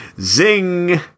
Zing